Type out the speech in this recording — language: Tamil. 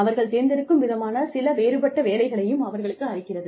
அவர்கள் தேர்ந்தெடுக்கும் விதமான சில வேறுபட்ட வேலைகளையும் அவர்களுக்கு அளிக்கிறது